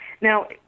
Now